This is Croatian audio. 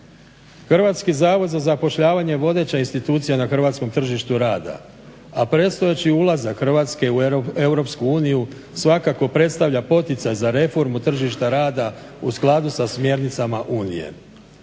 djelatnosti zavoda. HZZ vodeća je institucija na hrvatskom tržištu rada, a predstojeći ulazak Hrvatske u Europsku uniju svakako predstavlja poticaj za reformu tržišta rada u skladu sa smjernicama Unije.